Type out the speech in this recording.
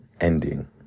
ending